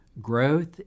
growth